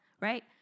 right